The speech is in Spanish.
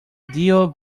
dio